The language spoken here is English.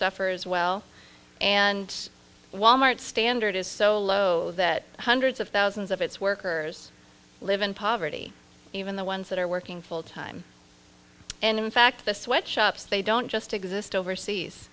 suffers well and wal mart standard is so low that hundreds of thousands of its workers live in poverty even the ones that are working full time and in fact the sweatshops they don't just exist overseas